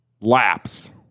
laps